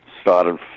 started